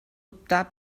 optar